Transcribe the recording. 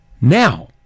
Now